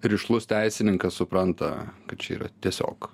rišlus teisininkas supranta kad čia yra tiesiog